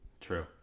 true